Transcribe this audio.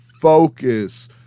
Focus